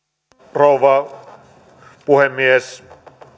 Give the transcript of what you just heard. rouva puhemies